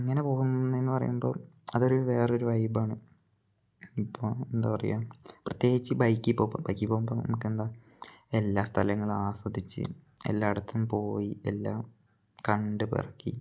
അങ്ങനെ പോകുന്നത് എന്ന് പറയുമ്പോൾ അതൊരു വേറൊരു വൈബാണ് ഇപ്പോൾ എന്താ പറയാ പ്രത്യേകിച്ച് ബൈക്കി പോകുമ്പം ബൈക്കി പോകുമ്പം നമുക്ക് എന്താ എല്ലാ സ്ഥലങ്ങളും ആസ്വദിച്ച് എല്ലായിടത്തും പോയി എല്ലാം കണ്ട് പെറുക്കി